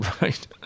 right